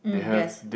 mm yes